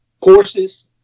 courses